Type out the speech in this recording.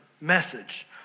message